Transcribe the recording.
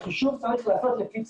החישוב צריך להיעשות לפי...